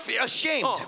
ashamed